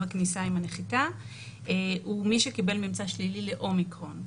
בכניסה עם הנחיתה הוא מי שקיבל ממצא שלילי לאומיקרון.